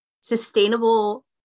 sustainable